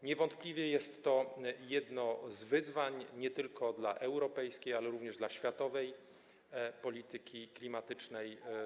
Niewątpliwie jest to jedno z wyzwawań nie tylko dla europejskiej, ale również dla światowej polityki klimatycznej.